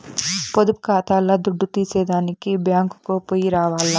పొదుపు కాతాల్ల దుడ్డు తీసేదానికి బ్యేంకుకో పొయ్యి రావాల్ల